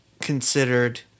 considered